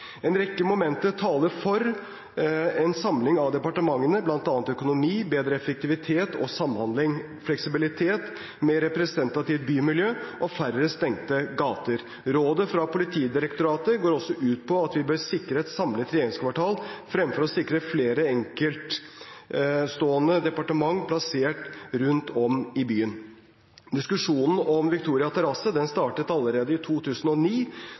En rekke momenter taler for en samling av departementene, bl.a. økonomi, bedre effektivitet og samhandling, fleksibilitet, mer representativt bymiljø og færre stengte gater. Rådet fra Politidirektoratet går ut på at vi bør sikre et samlet regjeringskvartal fremfor å sikre flere enkeltstående departementer plassert rundt om i byen. Diskusjonen om Victoria terrasse startet allerede i 2009.